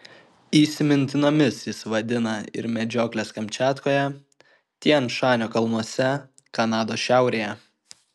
įsimintinomis jis vadina ir medžiokles kamčiatkoje tian šanio kalnuose kanados šiaurėje